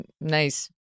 nice